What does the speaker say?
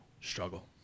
struggle